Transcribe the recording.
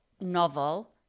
novel